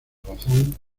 razón